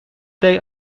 day